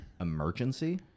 emergency